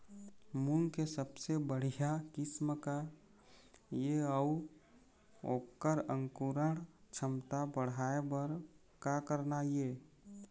मूंग के सबले बढ़िया किस्म का ये अऊ ओकर अंकुरण क्षमता बढ़ाये बर का करना ये?